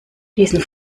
diesen